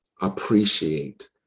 appreciate